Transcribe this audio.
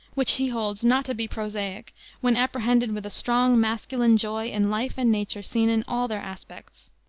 which he holds not to be prosaic when apprehended with a strong, masculine joy in life and nature seen in all their aspects.